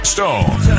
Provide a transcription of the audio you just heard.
Stone